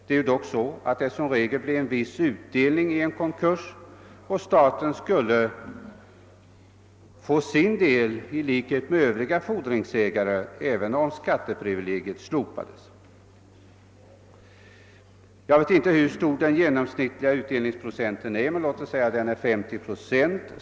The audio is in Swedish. Det är ju dock så att det som regel blir en viss utdelning vid en konkurs, och staten skulle i likhet med övriga fordringsägare få sin del även om skatteprivilegiet slopades. Jag vet inte hur stor den genomsnittliga utdelningsprocenten är, men låt säga att den är 50 procent.